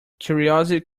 curiosity